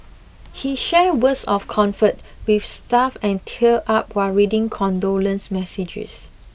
he shared words of comfort with staff and teared up while reading condolence messages